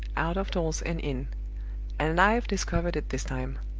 out-of-doors and in and i've discovered it this time!